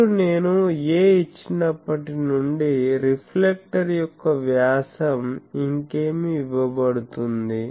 ఇప్పుడు నేను a ఇచ్చినప్పటి నుండి రిఫ్లెక్టర్ యొక్క వ్యాసం ఇంకేమి ఇవ్వబడుతుంది